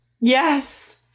Yes